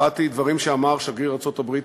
אחת היא דברים שאמר שגריר ארצות-הברית